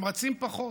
הם רצים פחות,